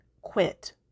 quit